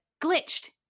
glitched